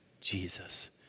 Jesus